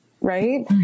Right